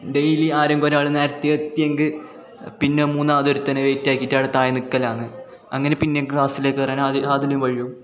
daily ആരെങ്കും ഒരാൾ നേരത്ത എത്തിയെങ്കിൽ പിന്നെ മൂന്നാമത് ഒരുത്തനെ വേയ്റ്റാക്കീട്ട് അവിടെ താഴെ നിൽക്കലാണ് അങ്ങനെ പിന്നെ ക്ലാസ്സിൽ കയറാൻ അതിലും വഴും